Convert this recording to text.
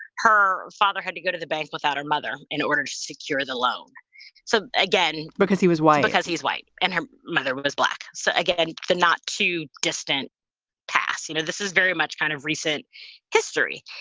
her father had to go to the bank without her mother in order to secure the loan so, again, because he was white, because he is white and her mother was black. so i get in the not too distant past. you know, this is very much kind of recent history.